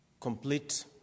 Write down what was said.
complete